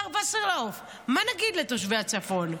השר וסרלאוף, מה נגיד לתושבי הצפון?